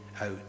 out